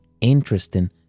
interesting